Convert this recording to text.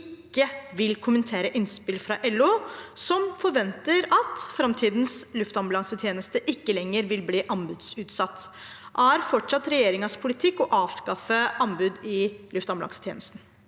ikke vil kommentere innspill fra LO, som forventer at «framtidens ambulansetjeneste ikke lenger vil bli anbudsutsatt». Er fortsatt regjeringas politikk å avskaffe anbud i luftambulansen?»